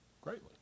greatly